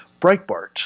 Breitbart